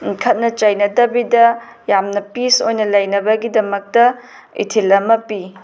ꯈꯠꯅ ꯆꯩꯅꯗꯕꯤꯗ ꯌꯥꯝꯅ ꯄꯤꯁ ꯑꯣꯏꯅ ꯂꯩꯅꯕꯒꯤꯗꯃꯛꯇ ꯏꯊꯤꯜ ꯑꯃ ꯄꯤ